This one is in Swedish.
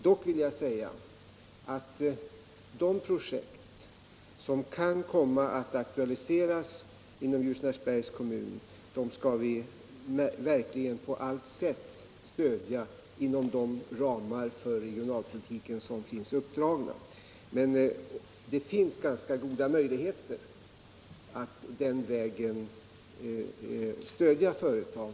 Dock vill jag säga att vi på allt sätt skall stödja de projekt som kan komma att aktualiseras inom Ljusnarsbergs kommun =— inom de ramar för regionalpolitiken som finns uppdragna. Men det finns ganska goda möjligheter att den vägen stödja företag.